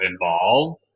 involved